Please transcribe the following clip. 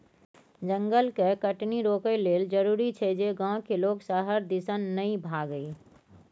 जंगल के कटनी रोकइ लेल जरूरी छै जे गांव के लोक शहर दिसन नइ भागइ